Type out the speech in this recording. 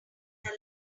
had